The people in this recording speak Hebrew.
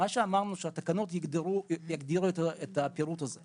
אמרנו שהתקנות יגדירו את הפירוט הזה,